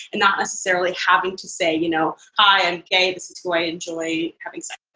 and not necessarily having to say, you know hi. i'm gay. this is who i enjoy having sex